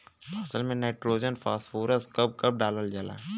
फसल में nitrogen phosphorus कब कब डालल जाला?